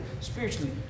spiritually